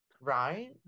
right